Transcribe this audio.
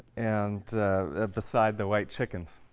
and ah beside the white chickens.